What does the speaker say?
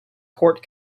port